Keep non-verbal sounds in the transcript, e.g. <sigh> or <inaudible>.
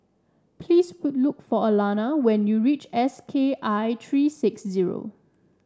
please <unintelligible> look for Alanna when you reach S K I three six zero